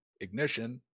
ignition